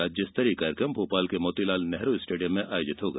राज्य स्तरीय कार्यक्रम भोपाल के मोतीलाल नेहरू स्टेडियम में आयोजित किया जायेगा